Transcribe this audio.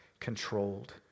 Controlled